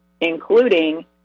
including